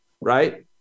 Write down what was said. right